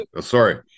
sorry